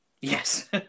Yes